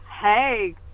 Hey